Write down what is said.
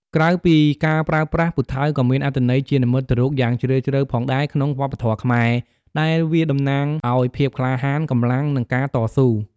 ក្រៅពីការប្រើប្រាស់ ពូថៅក៏មានអត្ថន័យជានិមិត្តរូបយ៉ាងជ្រាលជ្រៅផងដែរក្នុងវប្បធម៌ខ្មែរ ដែលវាតំណាងអោយ ភាពក្លាហាន កម្លាំង និង ការតស៊ូ ។